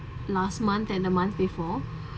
last month and a month before